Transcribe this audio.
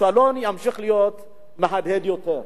הכישלון ימשיך להיות מהדהד יותר.